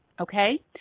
okay